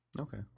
Okay